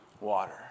water